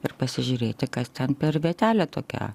ir pasižiūrėti kas ten per vietelė tokia